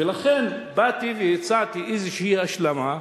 ולכן באתי והצעתי איזושהי השלמה,